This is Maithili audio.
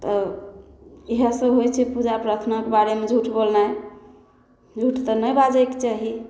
तऽ इएहसब होइ छै पूजा प्राथनाके बारेमे झूठ बोलनाइ झूठ तऽ नहि बाजैके चाही